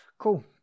Cool